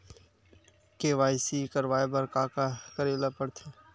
KYC करवाय बर का का करे ल पड़थे?